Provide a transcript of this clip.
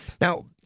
now